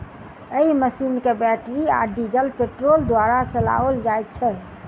एहि मशीन के बैटरी आ डीजल पेट्रोल द्वारा चलाओल जाइत छै